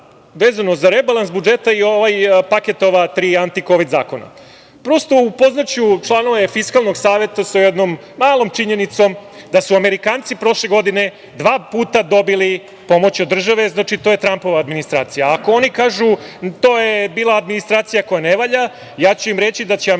vezano za rebalans budžeta i paket ova tri aktikovid zakona. Prosto upoznaću članove Fiskalnog saveta sa jednom malom činjenicom da su Amerikanci prošle godine dva puta dobili pomoć od države. Znači, to je Trampova administracija. Ako oni kažu – to je bila administracija koja ne valja, ja ću im reći da će Amerikanci